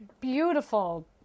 beautiful